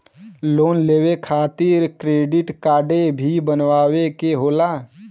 Loan लेवे खातिर credit काडे भी बनवावे के होला?